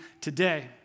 today